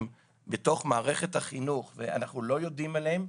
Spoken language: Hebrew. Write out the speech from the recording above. בתוך מערכת החינוך ואנחנו לא יודעים עליהם,